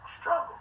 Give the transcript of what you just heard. struggle